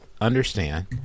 understand